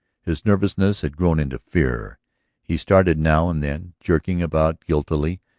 his nervousness had grown into fear he started now and then, jerking about guiltily,